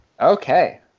okay